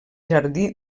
jardí